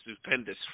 stupendous